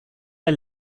der